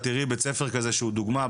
תראי בית ספר כזה שהוא דוגמא,